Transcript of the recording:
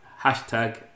Hashtag